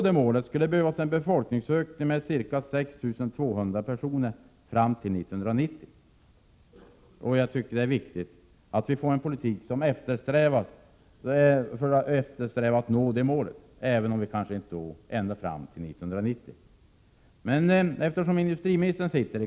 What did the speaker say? Det skulle behövas en befolkningsökning med ca 6 200 personer fram till 1990 för att nå målet. Jag tycker det är viktigt att vi får en politik där detta mål eftersträvas, även om vi inte skulle nå det 1990.